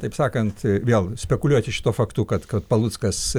taip sakant vėl spekuliuoti šituo faktu kad kad paluckas